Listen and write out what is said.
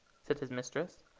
said his mistress.